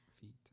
feet